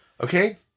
Okay